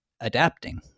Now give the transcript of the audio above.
adapting